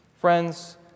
Friends